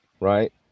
right